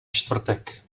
čtvrtek